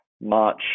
March